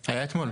היה אתמול.